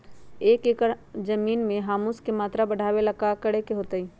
एक एकड़ जमीन में ह्यूमस के मात्रा बढ़ावे ला की करे के होतई?